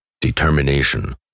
Determination